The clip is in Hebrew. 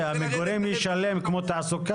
אתה רוצה להוריד?